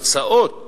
שהתוצאות